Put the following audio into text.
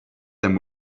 them